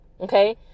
okay